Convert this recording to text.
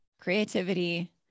creativity